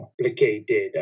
complicated